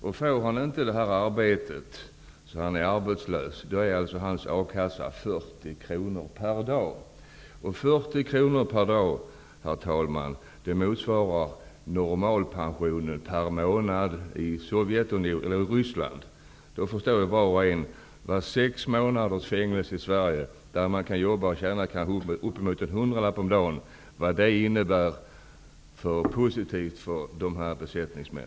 Om han inte får arbete, utan blir arbetslös, blir hans ersättning från A-kassan 40 kr per dag. Herr talman, 40 kr motsvarar normalpensionen per månad i Ryssland. Då förstår ju var och en vad sex månaders fängelse i Sverige -- där man kan jobba och tjäna kanske uppemot en hundralapp om dagen -- innebär för positivt för dessa besättningsmän.